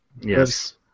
Yes